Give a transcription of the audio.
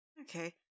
Okay